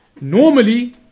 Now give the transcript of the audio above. normally